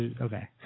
Okay